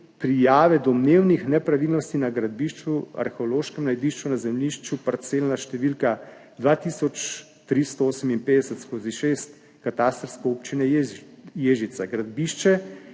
prijave domnevnih nepravilnosti na gradbišču, arheološkem najdišču na zemljišču parcelna številka 2358/6 katastrske občine Ježica. Gradbišče